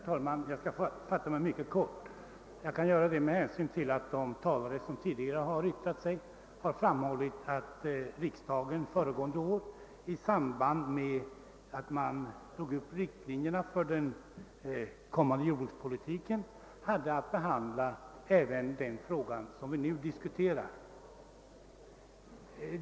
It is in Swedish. Herr talman! Jag skall fatta mig mycket kort. Jag kan göra det med hänsyn till att de talare, som tidigare yttrat sig, framhållit att riksdagen föregående år i samband med att man drog upp riktlinjerna för den kommande jordbrukspolitiken hade att behandla även den fråga som nu diskuteras.